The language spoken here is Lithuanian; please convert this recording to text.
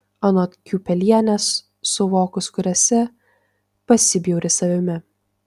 anot kiupelienės suvokus kur esi pasibjauri savimi